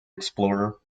explorer